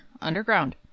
underground